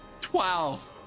Twelve